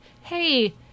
hey